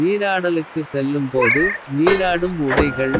நீராடலுக்கு செல்லும்போது நீராடும் உடைகள்.